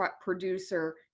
producer